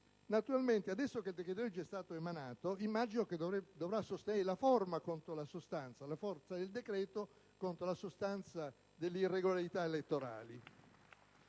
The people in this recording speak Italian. Naturalmente, adesso che il decreto-legge è stato emanato immagino che dovrà sostenere la forma contro la sostanza, la forma del decreto contro la sostanza delle irregolarità elettorali.